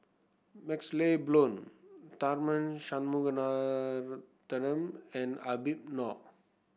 MaxLe Blond Tharman Shanmugaratnam and Habib Noh